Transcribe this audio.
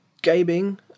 gaming